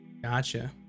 Gotcha